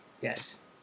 Yes